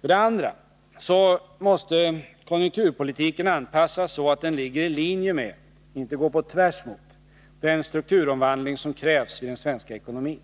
För det andra måste konjunkturpolitiken anpassas så att den ligger i linje med-inte går på tvärs mot — den strukturomvandling som krävs i den svenska ekonomin.